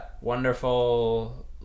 wonderful